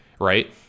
right